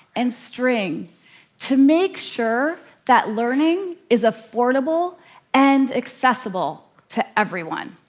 and string to make sure that learning is affordable and accessible to everyone.